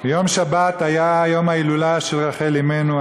יום שבת היה יום ההילולה של רחל אמנו,